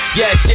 yes